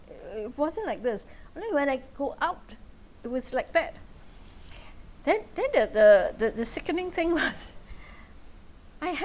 it it wasn't like this you know when I go out it was like that then then at the the the sickening thing was I have